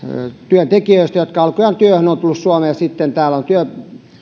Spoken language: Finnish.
työntekijöistä jotka alkujaan työhön ovat tulleet suomeen ja sitten täällä on työ